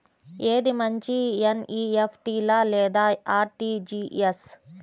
ఏది మంచి ఎన్.ఈ.ఎఫ్.టీ లేదా అర్.టీ.జీ.ఎస్?